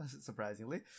surprisingly